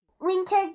winter